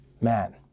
Man